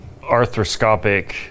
arthroscopic